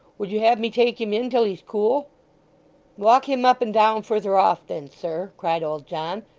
would you have me take him in till he's cool walk him up and down further off then, sir cried old john,